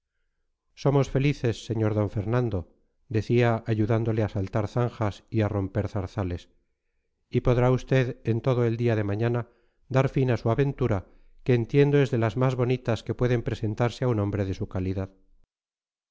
somos felices sr d fernando decía ayudándole a saltar zanjas y a romper zarzales y podrá usted en todo el día de mañana dar fin a su aventura que entiendo es de las más bonitas que pueden presentarse a un hombre de su calidad